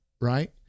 right